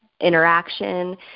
interaction